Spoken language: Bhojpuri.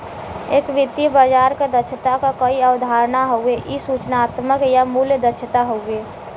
एक वित्तीय बाजार क दक्षता क कई अवधारणा हउवे इ सूचनात्मक या मूल्य दक्षता हउवे